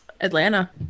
atlanta